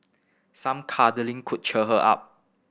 some cuddling could cheer her up